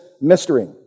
mystery